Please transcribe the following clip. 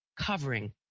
covering